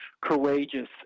courageous